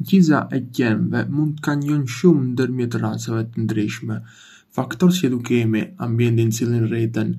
Miqësia e qenve mund të kanjónj shumë ndërmjet racave të ndryshme. Faktorë si edukimi, ambienti në të cilin rriten